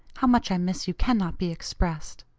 how much i miss you cannot be expressed.